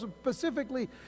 specifically